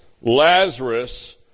Lazarus